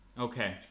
Okay